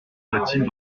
bathilde